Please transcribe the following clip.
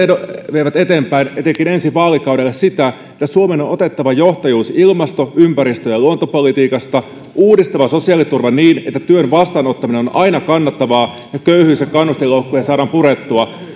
vievät eteenpäin etenkin ensi vaalikaudelle sitä että suomen on otettava johtajuus ilmasto ympäristö ja luontopolitiikasta ja uudistettava sosiaaliturva niin että työn vastaanottaminen on aina kannattavaa ja köyhyys ja kannustinloukkuja saadaan purettua